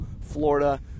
florida